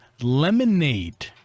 lemonade